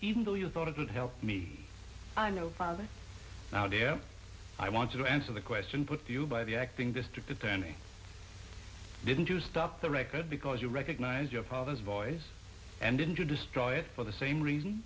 even though you thought it would help me i know now dear i want to answer the question put to you by the acting district attorney didn't you stop the record because you recognize your father's voice and didn't to destroy it for the same reason